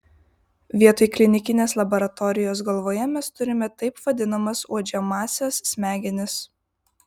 vietoj klinikinės laboratorijos galvoje mes turime taip vadinamas uodžiamąsias smegenis